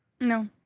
No